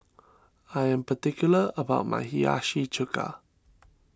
I am particular about my Hiyashi Chuka